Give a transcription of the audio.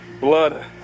blood